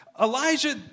Elijah